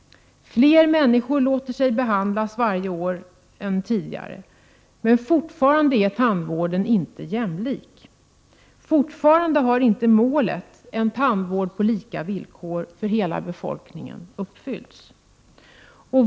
Fler människor än tidigare låter sig behandlas varje år. Men fortfarande är tandvården inte jämlik. Fortfarande har inte målet — en tandvård på lika villkor för hela befolkningen — uppfyllts.